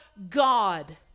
God